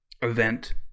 event